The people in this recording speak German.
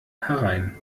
herein